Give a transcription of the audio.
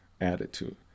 attitude